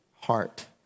heart